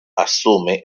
asume